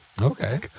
Okay